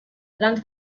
grans